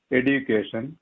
education